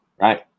right